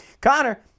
Connor